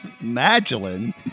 Magdalene